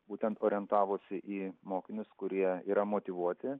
būtent orientavosi į mokinius kurie yra motyvuoti